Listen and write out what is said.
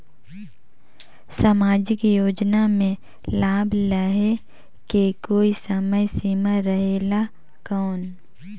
समाजिक योजना मे लाभ लहे के कोई समय सीमा रहे एला कौन?